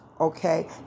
Okay